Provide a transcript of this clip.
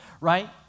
right